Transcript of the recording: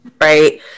right